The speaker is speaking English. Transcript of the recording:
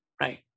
right